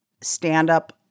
stand-up